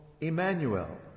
Emmanuel